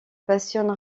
passionne